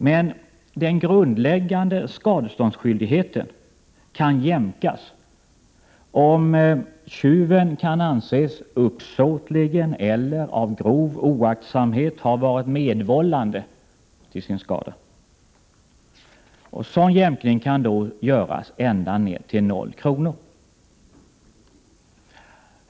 Men den grundläggande skadeståndsskyldigheten kan jämkas, om tjuven kan anses uppsåtligen eller av grov oaktsamhet ha varit medvållande till sin skada. En sådan jämkning kan göras ända ned till 0 kr.